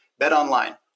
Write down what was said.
BetOnline